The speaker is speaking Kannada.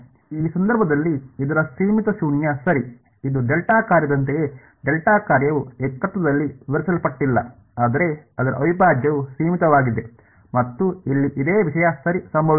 ಈ ಸಂದರ್ಭದಲ್ಲಿ ಇದರ ಸೀಮಿತ ಶೂನ್ಯ ಸರಿ ಇದು ಡೆಲ್ಟಾ ಕಾರ್ಯದಂತೆಯೇ ಡೆಲ್ಟಾ ಕಾರ್ಯವು ಏಕತ್ವದಲ್ಲಿ ವಿವರಿಸಲ್ಪಟ್ಟಿಲ್ಲ ಆದರೆ ಅದರ ಅವಿಭಾಜ್ಯವು ಸೀಮಿತವಾಗಿದೆ ಮತ್ತು ಇಲ್ಲಿ ಇದೇ ವಿಷಯ ಸರಿ ಸಂಭವಿಸಿದೆ